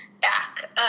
back